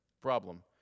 problem